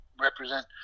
represent